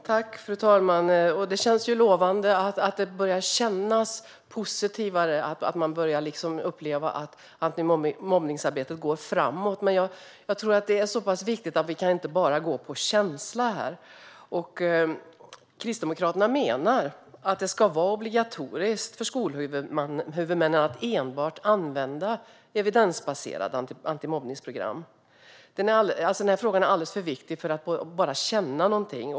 Fru talman! Det är lovande att det börjar kännas positivare och att man börjar uppleva att antimobbningsarbetet går framåt. Men det är så pass viktigt att vi inte bara kan gå på känsla. Kristdemokraterna menar att det ska vara obligatoriskt för skolhuvudmännen att enbart använda evidensbaserade antimobbningsprogram. Frågan är alldeles för viktig för att man bara ska känna någonting.